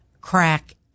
crack